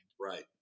Right